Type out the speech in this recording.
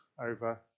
over